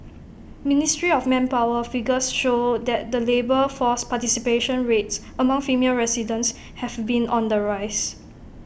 ministry of manpower figures show that the labour force participation rates among female residents have been on the rise